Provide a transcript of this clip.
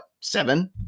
Seven